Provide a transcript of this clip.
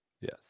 Yes